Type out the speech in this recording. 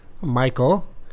Michael